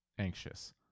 anxious